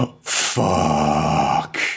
Fuck